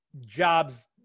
jobs